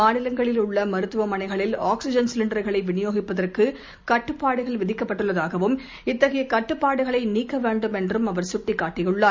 மாநிலகங்ளில் உள்ள மருத்துவமனைகளில் ஆக்ஸிஜன் சிலிண்டர்களைவிநியோகிப்பதற்குகட்டுப்பாடுகள் விதிக்கப்பட்டுள்ளதாகவும் இத்தகையகட்டுப்பாடுகளைநீக்கவேண்டும் என்றுஅவர் கட்டிக்காட்டியுள்ளார்